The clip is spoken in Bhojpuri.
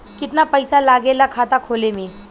कितना पैसा लागेला खाता खोले में?